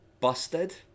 Busted